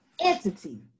entity